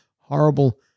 horrible